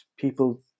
People